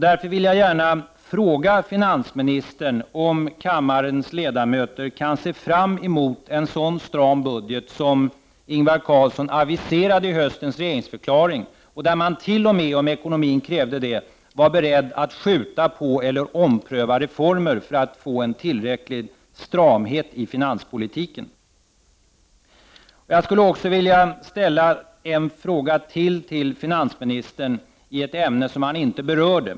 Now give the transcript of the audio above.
Därför vill jag fråga finansministern, om kammarens ledamöter kan se fram emot en så stram budget som den som statsministern Ingvar Carlsson aviserade i höstens regeringsförklaring, där man t.o.m. var beredd att, om ekonomin skulle kräva det, skjuta på eller ompröva reformer för att få en tillräcklig stramhet i finanspolitiken. Jag skulle också vilja ställa ytterligare en fråga till finansministern i ett ämne som han inte berörde.